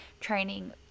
training